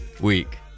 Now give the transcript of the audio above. week